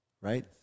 right